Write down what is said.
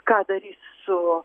ką darys su